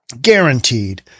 Guaranteed